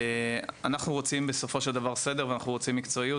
אנחנו רוצים סדר ומקצועיות,